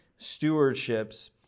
stewardships